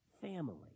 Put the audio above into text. family